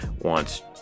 wants